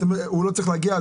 הוא לא צריך להגיע?